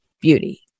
beauty